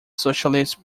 socialist